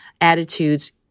attitudes